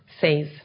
says